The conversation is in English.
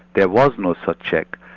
there was no such check,